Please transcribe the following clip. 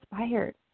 inspired